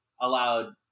allowed